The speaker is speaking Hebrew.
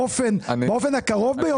באופן הקרוב ביותר,